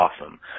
awesome